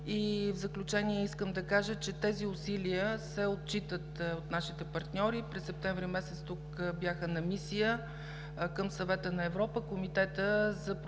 И в заключение искам да кажа, че тези усилия се отчитат от нашите партньори. През септември месец тук бяха на мисия към Съвета на Европа от Комитета за противодействие